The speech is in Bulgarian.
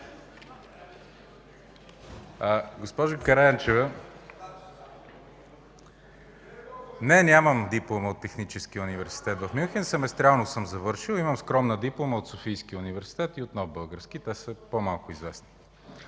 Госпожо Караянчева, не, нямам диплома от Техническия университет в Мюнхен, семестриално съм завършил. Имам скромна диплома от Софийския университет и от Нов български университет – те са по-малко известни.